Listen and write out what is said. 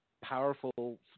powerful